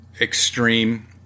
extreme